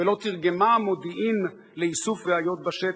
ולא תרגמה מודיעין לאיסוף ראיות בשטח",